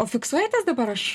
o fiksuojatės dabar aš